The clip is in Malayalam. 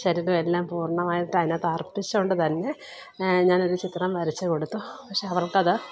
ശരീരവും എല്ലാം പൂർണ്ണമായിട്ട് അതിനകത്ത് അർപ്പിച്ചുകൊണ്ടുതന്നെ ഞാനൊരു ചിത്രം വരച്ചു കൊടുത്തു പക്ഷെ അവർക്കത്